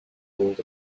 pulled